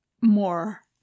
more